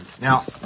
Now